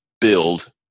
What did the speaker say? build